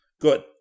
Good